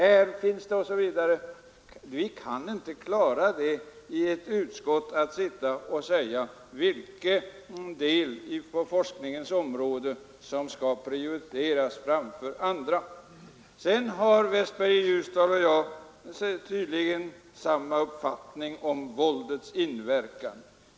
I ett utskott kan vi inte klara uppgiften att avgöra vilken del av forskningen som skall prioriteras framför andra delar. Herr Westberg i Ljusdal och jag har tydligen samma uppfattning om våldets inverkan.